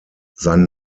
sein